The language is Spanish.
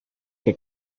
que